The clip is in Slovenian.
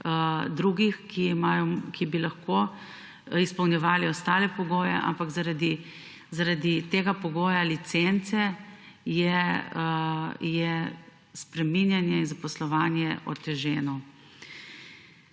drugih, ki bi lahko izpolnjevali ostale pogoje, ampak je zaradi pogoja licence spreminjanje, zaposlovanje oteženo.